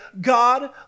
God